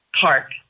park